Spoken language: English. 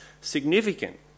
significant